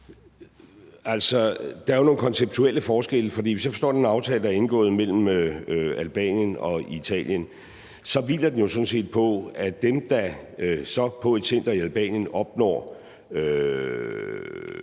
Der er jo nogle konceptuelle forskelle, for sådan som jeg forstår den aftale, der er indgået mellem Albanien og Italien, så hviler den jo sådan set på, at dem, der så på et center i Albanien opnår